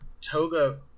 Toga